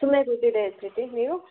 ಸುಮ್ಮನೆ ಕೂತಿದ್ದೆ ಪ್ರೀತಿ ನೀವು